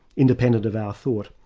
independent of our thought.